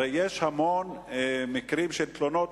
הרי יש המון מקרים של תלונות,